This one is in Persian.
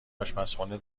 اشپزخونه